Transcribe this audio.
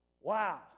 Wow